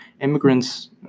Immigrants